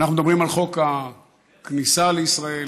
אנחנו מדברים על חוק הכניסה לישראל